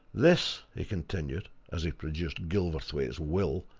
this, he continued, as he produced gilverthwaite's will,